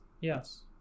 Yes